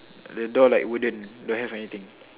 the door like wooden don't have anything